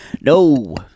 No